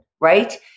right